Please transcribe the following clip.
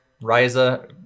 Riza